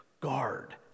guard